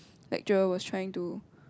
lecturer was trying to